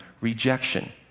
rejection